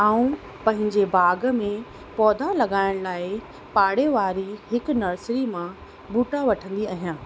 ऐं पंहिंजे बाग़ में पौधा लॻाइण लाइ पाड़ेवारी हिकु नर्सरी मां ॿूटा वठंदी आहियां